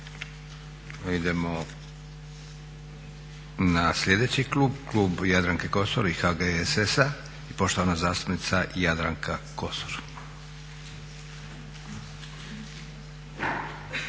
Idemo na sljedeći klub, klub Jadranke Kosor i HGS-a i poštovana zastupnica Jadranka Kosor.